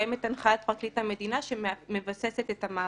קיימת הנחיית פרקליט המדינה שמבססת את המעבר.